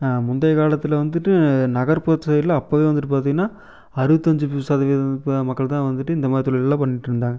முந்தைய காலத்தில் வந்துவிட்டு நகர்புறத்து சைடில் அப்போவே வந்துவிட்டு பார்த்திங்கனா அறுபத்தஞ்சு சதவீத மக்கள் தான் வந்துவிட்டு இந்த மாரி தொழில்கள்லாம் பண்ணிட்டுருந்தாங்க